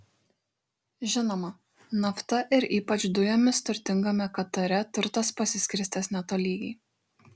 žinoma nafta ir ypač dujomis turtingame katare turtas pasiskirstęs netolygiai